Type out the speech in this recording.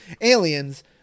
Aliens